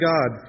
God